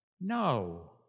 No